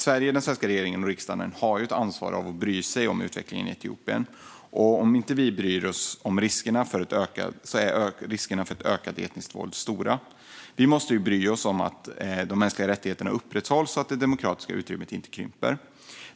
Sverige, den svenska regeringen och riksdagen har ett ansvar att bry sig om utvecklingen i Etiopien. Om vi inte bryr oss är riskerna för ökat etniskt våld stora. Vi måste bry oss för att de mänskliga rättigheterna ska upprätthållas och att det demokratiska utrymmet inte krymper.